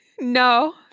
No